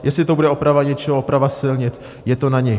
Jestli to bude oprava něčeho, oprava silnic, je to na nich.